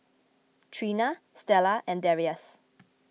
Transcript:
Trina Stella and Darrius